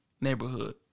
neighborhood